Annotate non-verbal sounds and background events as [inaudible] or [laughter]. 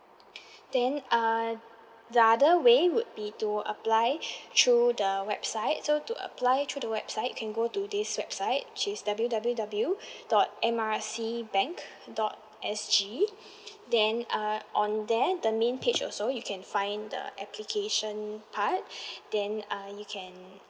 [breath] then uh the other way would be to apply through [breath] the website so to apply through the website you can go to this website which is W W W [breath] dot M R C bank dot S_G [breath] then uh on there the main page also you can find the application part [breath] then uh you can